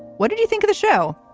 what did you think of the show?